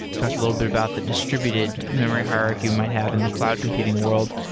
fact, a little bit about the distributed memory hierarchy we might have in the cloud computing world.